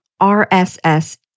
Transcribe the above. RSS